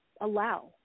allow